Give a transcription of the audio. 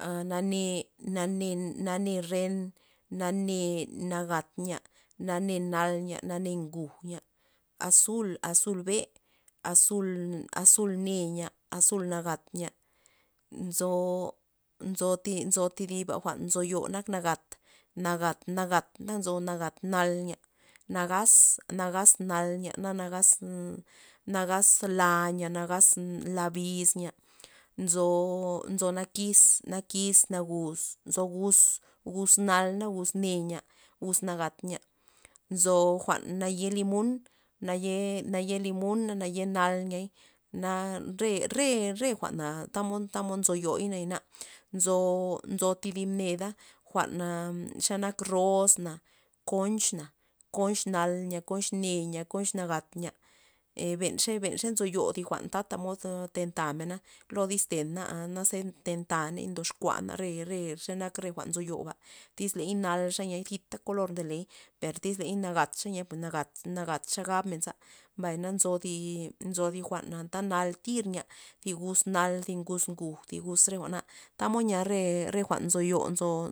a nane' nane'-nane' ren nane' nagat nya nane' nal nya nane' nguj nya azul azul be' azul- azul ne nya azul nagat nya nzo- nzo thi- thidib jwa'n nzoyo nak nagat nagat nagat na nzo nagat nal nya nagaz nagaz nal nya nagaz la nya nagaz la biz nya nzo- nzo nakis nakis nagus nzo gus gus nal na gus ne nya gus nagat nya nzo jwa'n naye' limon naye'-naye' limon naye nal nya na re- re re jwa'na tamod- tamod nzo yoy nayana nzo thib neda jwa'n xanak ros na konch na konch nal nya konch xne nya konch nagat nya e- e benxa- benxa nzoyo thi jwa'n tata mod ndenta mena lo diste na na ze ntentaney ndoxkua re- re xenak re jwa'n nak nzoyoba tyz nalxa nya sipta kolor ndoley per tyz ley nagatxa nya pues nagat pues nagatxa gabmen za, mbay na nzo thi nzo thi jwa'n anta nal tir nya thi gus nal thi ngus nguj er jwa'na tamod yia- yia re jwa'n nzoyo nzo.